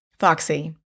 Foxy